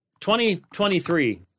2023